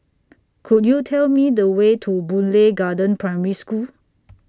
Could YOU Tell Me The Way to Boon Lay Garden Primary School